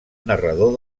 narrador